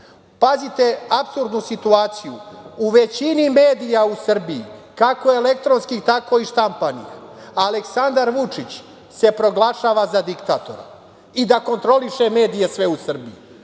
Vučića. Pazite apsurdnu situaciju, u većini medija u Srbiji, kako elektronskih, tako i štampanih, Aleksandar Vučić se proglašava za diktatora i da kontroliše medije sve u Srbiji.